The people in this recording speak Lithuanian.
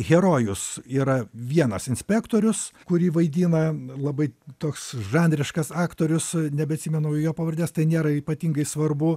herojus yra vienas inspektorius kurį vaidina labai toks žanriškas aktorius nebeatsimenu jo pavardės tai nėra ypatingai svarbu